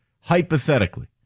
Hypothetically